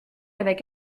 avec